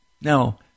Now